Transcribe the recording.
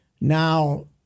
Now